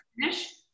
finish